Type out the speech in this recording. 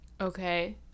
okay